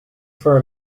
for